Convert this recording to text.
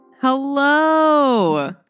Hello